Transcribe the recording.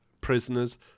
prisoners